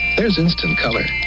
there's instant color,